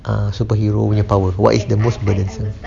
uh superhero with power what is the most burdensome